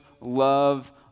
love